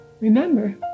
remember